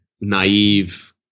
naive